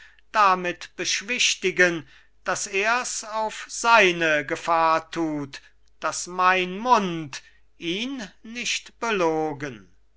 damit beschwichtigen daß ers auf seine gefahr tut daß mein mund ihn nicht belogen